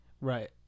Right